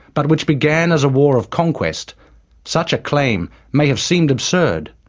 but which began as a war of conquest such a claim may have seemed absurd.